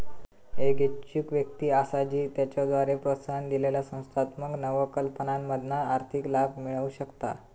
एक इच्छुक व्यक्ती असा जी त्याच्याद्वारे प्रोत्साहन दिलेल्या संस्थात्मक नवकल्पनांमधना आर्थिक लाभ मिळवु शकता